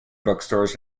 bookstores